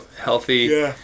healthy